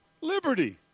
liberty